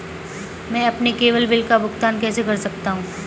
मैं अपने केवल बिल का भुगतान कैसे कर सकता हूँ?